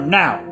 now